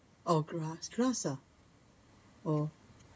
oh grass grass ah oh